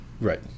Right